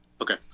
Okay